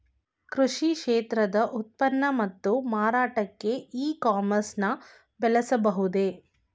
ಕೃಷಿ ಕ್ಷೇತ್ರದ ಉತ್ಪನ್ನ ಮತ್ತು ಮಾರಾಟಕ್ಕೆ ಇ ಕಾಮರ್ಸ್ ನ ಬಳಸಬಹುದೇ?